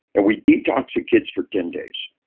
and we detox the kids for ten days.